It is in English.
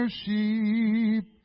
sheep